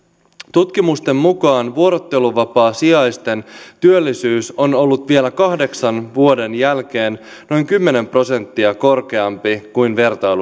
tutkimusten mukaan vuorotteluvapaasijaisten työllisyys on ollut vielä kahdeksan vuoden jälkeen noin kymmenen prosenttia korkeampi kuin